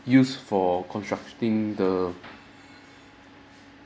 used for constructing the